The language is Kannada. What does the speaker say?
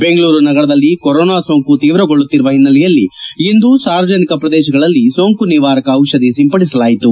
ಬೆಂಗಳೂರು ನಗರದಲ್ಲಿ ಕೊರೋನಾ ಸೋಂಕು ತೀವ್ರಗೊಳ್ಳುತ್ತಿರುವ ಹಿನ್ನೆಲೆಯಲ್ಲಿ ಇಂದು ಸಾರ್ವಜನಿಕ ಪ್ರದೇಶಗಳಲ್ಲಿ ಸೋಂಕು ನಿವಾರಕ ಚಿಷಧಿ ಸಿಂಪಡಿಸಲಾಯಿತು